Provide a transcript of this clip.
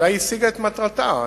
אולי השיגה את מטרתה,